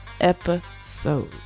episode